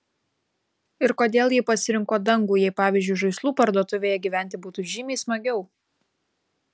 ir kodėl ji pasirinko dangų jei pavyzdžiui žaislų parduotuvėje gyventi būtų žymiai smagiau